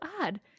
odd